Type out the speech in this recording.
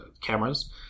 cameras